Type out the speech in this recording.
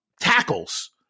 tackles –